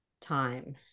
time